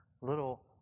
little